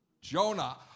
Jonah